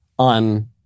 on